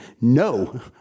no